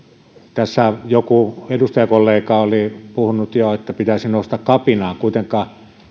tässä joku edustajakollega oli puhunut jo että pitäisi nousta kapinaan kuitenkaan